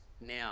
now